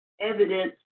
evidence